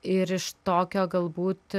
ir iš tokio galbūt